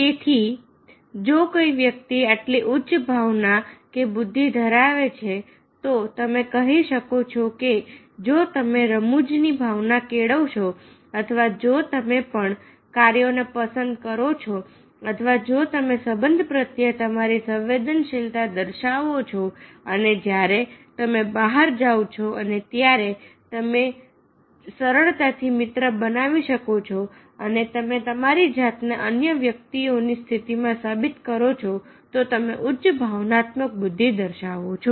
તેથી જો કોઈ વ્યક્તિ આટલી ઉચ્ચ ભાવના કે બુદ્ધિ ધરાવે છે તો તમે કહી શકો છો કે જો તમે રમૂજની ભાવના કેળવશો અથવા જો તમે પણ કાર્યોને પસંદ કરો છો અથવા જો તમે સંબંધ પ્રત્યે તમારી સંવેદનશીલતા દર્શાવો છો અને જ્યારે તમે બહાર જાઓ છો અને ત્યારે તમે જ સરળતાથી મિત્ર બનાવી શકો છો અને તમે તમારી જાતને અન્ય વ્યક્તિઓની સ્થિતિમાં સાબિત કરો છો તો તમે ઉચ્ચ ભાવનાત્મક બુદ્ધિ દર્શાવો છો